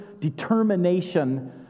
determination